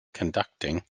conducting